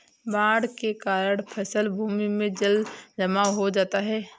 बाढ़ के कारण फसल भूमि में जलजमाव हो जाता है